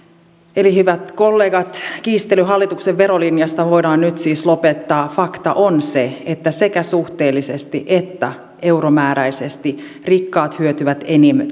eli hyvät kollegat kiistely hallituksen verolinjasta voidaan nyt siis lopettaa fakta on se että sekä suhteellisesti että euromääräisesti rikkaat hyötyvät